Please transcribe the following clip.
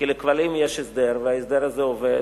כי לכבלים יש הסדר וההסדר הזה עובד,